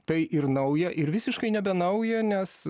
tai ir nauja ir visiškai nebenauja nes